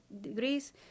degrees